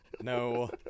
no